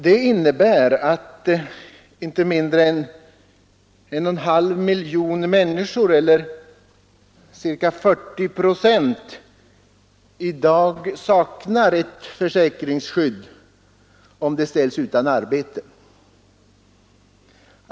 Det innebär att inte mindre än 1,5 miljoner människor — eller ca 40 procent — i dag saknar ett försäkringsskydd, om de ställs utan arbete.